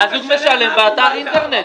הזוג משלם דרך אתר האינטרנט.